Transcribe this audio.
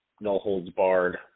no-holds-barred